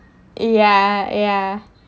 ya ya